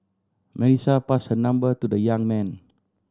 Melissa passed her number to the young man